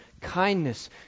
kindness